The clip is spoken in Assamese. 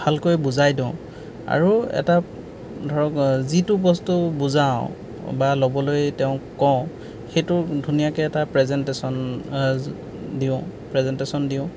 ভালকৈ বুজাই দিওঁ আৰু এটা ধৰক যিটো বস্তু বুজাওঁ বা ল'বলৈ তেওঁক কওঁ সেইটো ধুনীয়াকৈ এটা প্ৰেজেণ্টেশ্যন দিওঁ প্ৰেজেণ্টেশ্যন দিওঁ